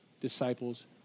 disciples